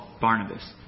Barnabas